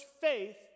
faith